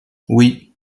oui